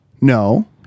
No